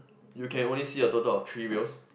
you can only see a total of three wheels